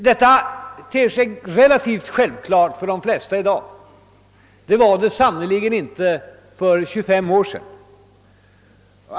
Detta ter sig ganska självklart för de fiesta i dag, men det var det sannerligen inte för 25 år sedan.